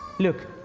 Look